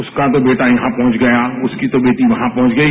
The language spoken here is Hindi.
उसका तो बेटा यहां पहुंच गया उसकी तो बेटी वहां पहुंच गई